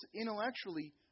intellectually